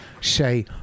say